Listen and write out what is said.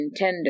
Nintendo